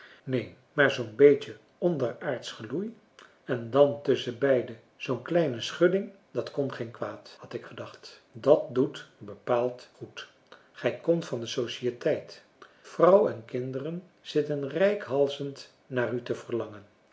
neen maar zoo'n beetje onderaardsch geloei en dan tusschen beiden zoo'n kleine schudding dat kon geen kwaad had ik gedacht dat doet bepaald goed gij komt van de sociëteit vrouw en kinderen zitten reikhalzend naar u te verlangen